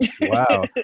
Wow